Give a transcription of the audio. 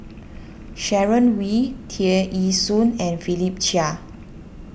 Sharon Wee Tear Ee Soon and Philip Chia